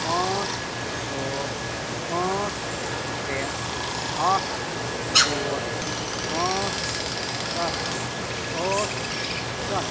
پانٛژھ ٲٹھ پانٛژھ ترٛےٚ اَکھ ژور پانٛژھ سَتھ ٲٹھ سَتھ